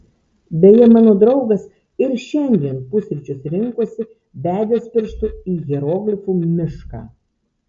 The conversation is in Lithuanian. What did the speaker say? beje mano draugas ir šiandien pusryčius rinkosi bedęs pirštu į hieroglifų mišką